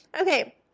Okay